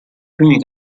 primi